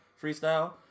Freestyle